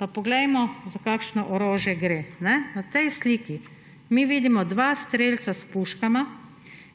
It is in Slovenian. pa poglejmo, za kakšno orožje gre. Na tej sliki mi vidimo dva strelca s puškama,